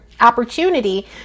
opportunity